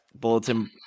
bulletin